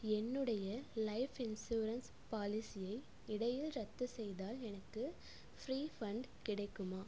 என்னுடைய life insurance பாலிசியை இடையில் ரத்துசெய்தால் எனக்கு ப்ரீஃபண்ட் கிடைக்குமா